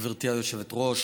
גברתי היושבת-ראש,